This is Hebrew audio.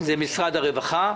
משרד הרווחה,